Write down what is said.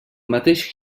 mateix